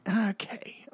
Okay